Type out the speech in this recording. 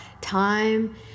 Time